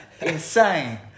Insane